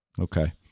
Okay